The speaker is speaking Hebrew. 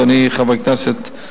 אדוני חבר הכנסת,